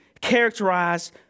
characterized